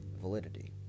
validity